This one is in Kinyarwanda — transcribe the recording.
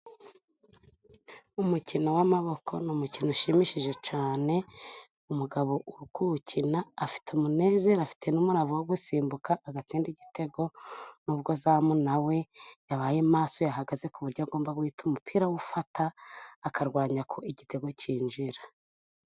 Umukino w'amaboko, n'umukino ushimishije cyane, umugabo uri kuwukina, afite umunezero afite n'umurava wo gusimbuka, agatsinda igitego, n'ubwo zamu nawe yabaye maso yahagaze kuburyo agomba guhita umupira ufata, akarwanya ko igitego cyinjira.